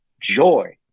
joy